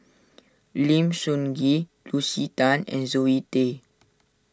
Lim Sun Gee Lucy Tan and Zoe Tay